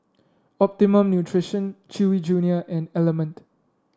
Optimum Nutrition Chewy Junior and Element